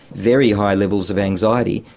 very high levels of anxiety,